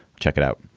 check it out.